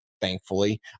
Thankfully